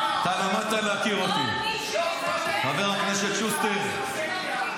אלון שוסטר שואל אם הנאום זה ציווי הקואליציה והממשלה